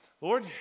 Lord